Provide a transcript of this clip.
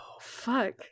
fuck